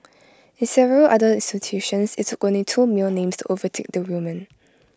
in several other institutions IT took only two male names to overtake the women